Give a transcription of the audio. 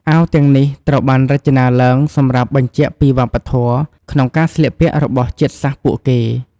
អាវទាំងនេះត្រូវបានរចនាឡើងសម្រាប់បញ្ជាក់ពីវប្បធម៌ក្នុងការស្លៀកពាក់របស់ជាតិសាសន៍ពួកគេ។